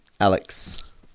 Alex